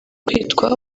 kwitwa